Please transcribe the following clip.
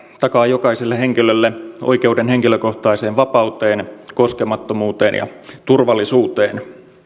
takaa jokaiselle henkilölle oikeuden henkilökohtaiseen vapauteen koskemattomuuteen ja turvallisuuteen